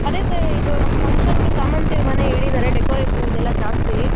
ಅದೇ ಸರ್ ಇದು ನಮ್ಮ ಫಂಕ್ಷನ್ಗೆ ಸಾಮಂತಿ ಹೂವನೇ ಹೇಳಿದಾರೆ ಡೆಕೊರೇಷನ್ಗೆಲ್ಲ ಜಾಸ್ತಿ